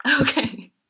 Okay